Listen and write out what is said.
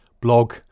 blog